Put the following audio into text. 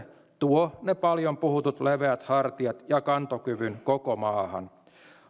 tuo ne paljon puhutut leveät hartiat ja kantokyvyn koko maahan